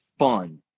fun